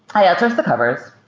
i outsource the covers.